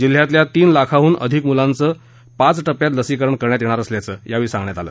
जिल्ह्यातल्या तीन लाखाहून अधिक मुलांचं पाच टप्प्यात लसीकरण करण्यात येणार असल्याचं यावेळी सांगण्यात आलं